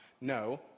No